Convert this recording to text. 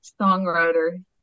songwriter